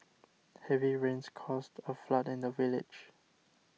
heavy rains caused a flood in the village